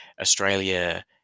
Australia